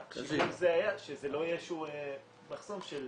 החליטו שזה לא יהיה איזה שהוא מחסום של